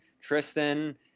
Tristan